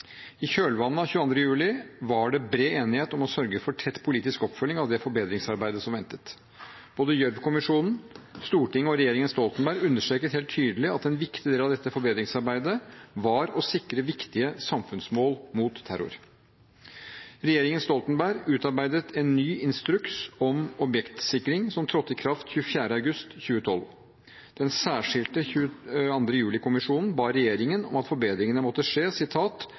I kjølvannet av 22. juli var det bred enighet om å sørge for tett politisk oppfølging av forbedringsarbeidet som ventet. Både Gjørv-kommisjonen, Stortinget og regjeringen Stoltenberg understreket helt tydelig at en viktig del av dette forbedringsarbeidet var å sikre viktige samfunnsmål mot terror. Regjeringen Stoltenberg utarbeidet en ny instruks om objektsikring, som trådte i kraft 24. august 2012. Den særskilte 22. juli-kommisjonen ba regjeringen om at forbedringene måtte skje